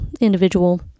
individual